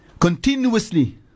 Continuously